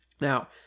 Now